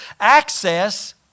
Access